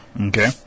Okay